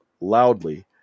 loudly